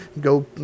go